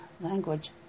language